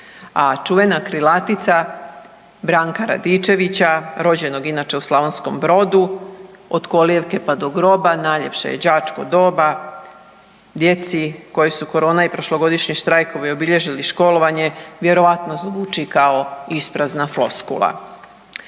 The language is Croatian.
čuvena krilatica Branka RAdičevića rođenog inače u Slavonskom Brodu „Od kolijevke pa do groba najljepše je đačko doba“ djeci koji su korona i prošlogodišnji štrajkovi obilježili školovanje vjerojatno zvuči kao isprazna floskula.